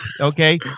okay